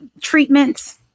treatments